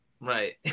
right